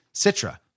Citra